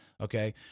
okay